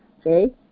okay